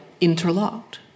interlocked